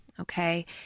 Okay